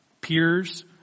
peers